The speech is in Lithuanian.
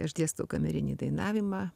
aš dėstau kamerinį dainavimą